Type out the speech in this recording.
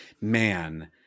man